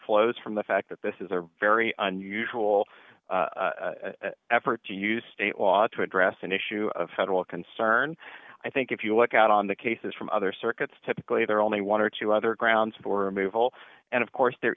flows from the fact that this is a very unusual effort to use state law to address an issue of federal concern i think if you look at it the cases from other circuits typically there are only one or two other grounds for a move all and of course there